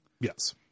Yes